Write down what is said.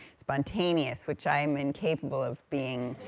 spontaneous, which i'm incapable of being.